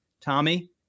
Tommy